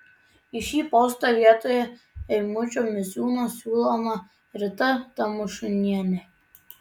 į šį postą vietoje eimučio misiūno siūloma rita tamašunienė